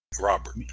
Robert